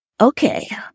okay